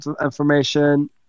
information